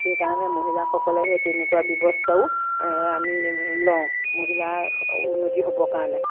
সেইকাৰণে মহিলাসকলে সেই তেনেকুৱা ব্যৱস্থাও আমি লওঁ মহিলাৰ উন্নতি হ'বৰ কাৰণে